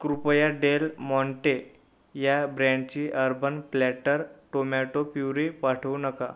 कृपया Del Monte या ब्रँडची अर्बन प्लॅटर टोमॅटो प्युरी पाठवू नका